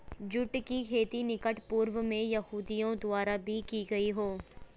जुट की खेती निकट पूर्व में यहूदियों द्वारा भी की गई हो